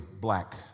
black